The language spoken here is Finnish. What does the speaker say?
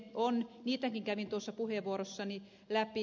on niitäkin kävin tuossa puheenvuorossani läpi